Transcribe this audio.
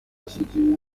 hashingiwe